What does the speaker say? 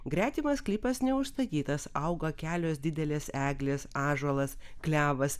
gretimas sklypas neužstatytas auga kelios didelės eglės ąžuolas klevas